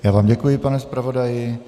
Já vám děkuji, pane zpravodaji.